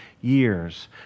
years